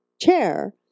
chair